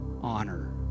honor